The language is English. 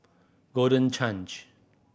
Golden Change